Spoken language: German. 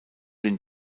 den